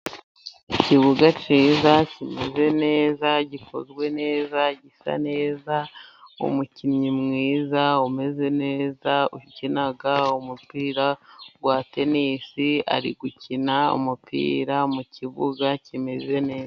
Ikibuga cyiza kimeze neza ,gikozwe neza gisa neza. Umukinnyi mwiza umeze neza. Ukina umupira wa tennis ari gukina umupira mu kibuga kimeze neza.